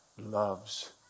loves